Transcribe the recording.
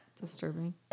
disturbing